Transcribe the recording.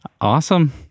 awesome